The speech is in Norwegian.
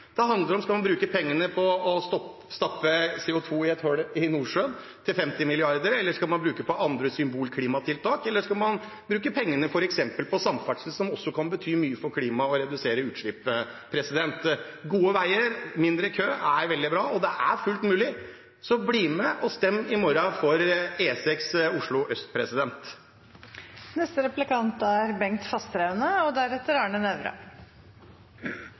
Det handler om hvorvidt man skal bruke pengene på å stappe CO 2 i et hull i Nordsjøen til 50 mrd. kr, om man skal bruke dem på andre symbolklimatiltak, eller om man skal bruke pengene f.eks. på samferdsel, som også kan bety mye for klimaet og redusere utslippene. Gode veier og mindre kø er veldig bra, og det er fullt mulig. Så bli med og stem for E6 Oslo øst i morgen!